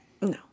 No